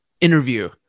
interview